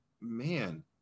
man